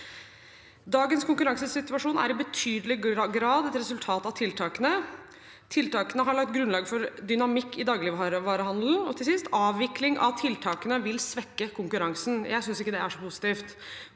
«Dagens konkurransesituasjon er i betydelig grad et resultat av tiltakene», «Tiltakene har lagt grunnlag for dynamikk i dagligvarehandelen» og «Avvikling av tiltakene vil svekke konkurransen». Jeg synes ikke dette er så positivt.